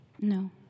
No